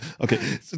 Okay